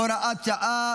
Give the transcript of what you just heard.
הוראת שעה,